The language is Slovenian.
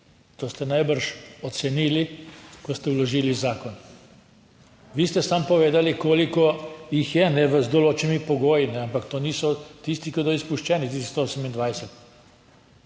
To ste najbrž ocenili, ko ste vložili zakon. Vi ste samo povedali koliko jih je z določenimi pogoji, ampak to niso tisti, ki bodo izpuščeni, tisti 128.